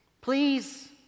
please